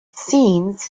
scenes